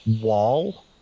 wall